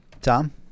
Tom